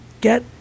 get